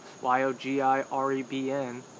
Y-O-G-I-R-E-B-N